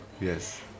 Yes